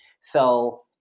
So-